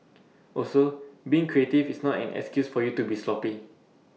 also being creative is not an excuse for you to be sloppy